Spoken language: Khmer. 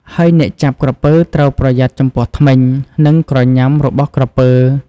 ហើយអ្នកចាប់ក្រពើត្រូវប្រយ័ត្នចំពោះធ្មេញ និងក្រញ៉ាំរបស់ក្រពើ។